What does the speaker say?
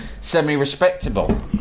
semi-respectable